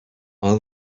all